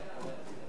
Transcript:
42 בעד,